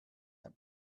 that